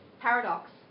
paradox